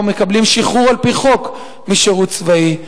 או מקבלים שחרור על-פי חוק משירות צבאי.